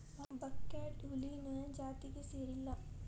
buckwheat ಹುಲ್ಲಿನ ಜಾತಿಗೆ ಸೇರಿಲ್ಲಾ